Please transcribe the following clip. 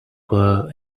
were